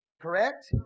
correct